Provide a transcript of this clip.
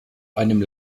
einem